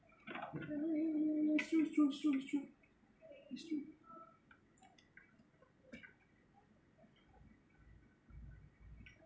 I know it's true it's true it's true it's true it's true